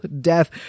death